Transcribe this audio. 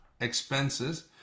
expenses